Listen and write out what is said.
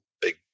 big